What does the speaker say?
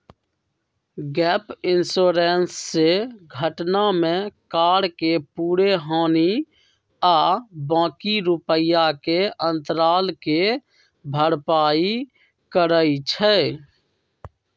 gap insurance से घटना में कार के पूरे हानि आ बाँकी रुपैया के अंतराल के भरपाई करइ छै